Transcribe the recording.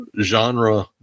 genre